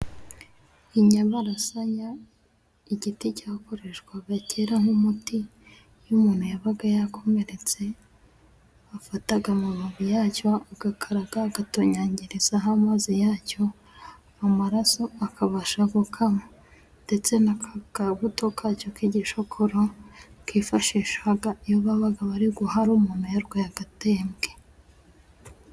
Inyarasanya igiti cyakoreshwaga nk'umuti iyo umuntu yabaga yakomeretse, yafataga amababi yacyo agakaraga, agatotonyangirizaho amazi yacyo amaraso akabasha gukama. Ndetse n'akakabuto kacyo k'igishokoro kifashishwaga iyo babaga bari guhara umuntu yarwaye agatembwe.